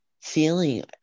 Feeling